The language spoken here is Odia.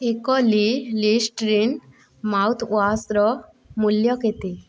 ଏକ ଲିଷ୍ଟରିନ୍ ମାଉଥ୍ୱାଶର ମୂଲ୍ୟ କେତେ